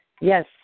Yes